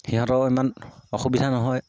সিহঁতৰ ইমান অসুবিধা নহয়